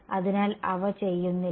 അതിനാൽ അവ ചെയ്യുന്നില്ല